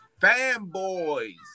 Fanboys